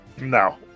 No